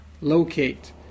locate